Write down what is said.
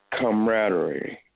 camaraderie